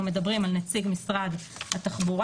אנחנו מדברים על נציג משרד התחבורה,